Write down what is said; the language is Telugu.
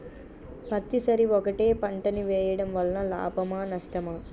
పత్తి సరి ఒకటే పంట ని వేయడం వలన లాభమా నష్టమా?